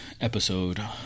episode